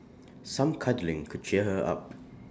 some cuddling could cheer her up